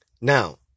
Now